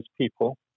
people